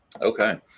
Okay